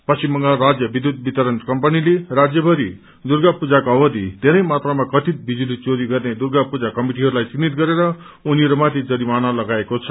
पश्चिम बंगाल राज्य विध्युत वितरण कम्पनीले राज्यभरि दुर्गा पूजाको अवधि धेरै मात्रामा कथित बिजुली चोरी गर्ने दुर्गा रं पूजा कमिटिहरूलाई चिन्हित गरेर उनीहरूमाथि जरिमाना लगाएको छ